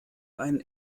einen